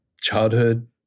childhood